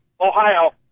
Ohio